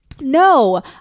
No